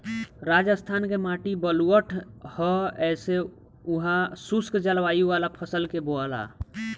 राजस्थान के माटी बलुअठ ह ऐसे उहा शुष्क जलवायु वाला फसल के बोआला